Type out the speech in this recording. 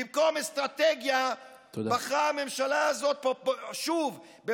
במקום אסטרטגיה בחרה הממשלה הזאת שוב, תודה.